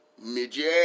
midget